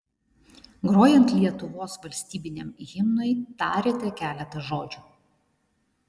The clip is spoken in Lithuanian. grojant lietuvos valstybiniam himnui tarėte keletą žodžių